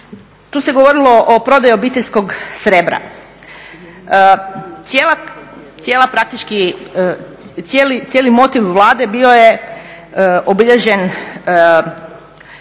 Tu se govorilo o prodaji obiteljskog srebra. Cijeli motiv Vlade bio je obilježen